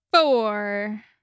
four